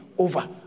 over